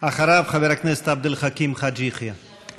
אחריו, חבר הכנסת עבד אל חכים חאג' יחיא.